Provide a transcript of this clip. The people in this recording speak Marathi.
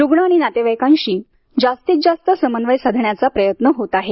रुग्ण आणि नातेवाईकांशी जास्तीत जास्त समन्वय साधण्याचा प्रयत्न आहे